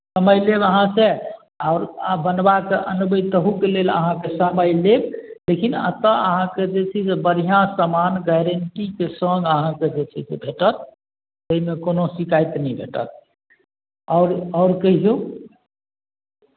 समय लेब अहाँसँ आओर आ बनबा कऽ अनबै तहू के लेल अहाँके समय लेब लेकिन एतय अहाँके जे छै से बढ़िआँ समान गारेंटीके सङ्ग अहाँके जे छै से भेटत ताहिमे कोनो शिकायत नहि भेटत आओर आओर कहियौ